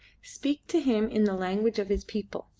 speak to him in the language of his people,